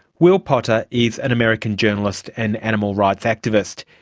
will potter is an american journalist and animal rights activist.